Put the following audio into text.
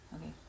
Okay